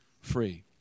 free